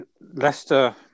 Leicester